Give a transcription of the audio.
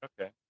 Okay